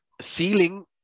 ceiling